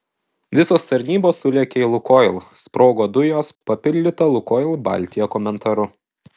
visos tarnybos sulėkė į lukoil sprogo dujos papildyta lukoil baltija komentaru